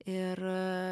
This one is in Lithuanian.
ir a